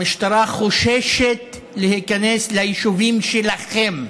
המשטרה חוששת להיכנס ליישובים שלכם,